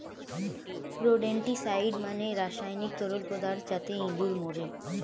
rodenticide মানে রাসায়নিক তরল পদার্থ যাতে ইঁদুর মরে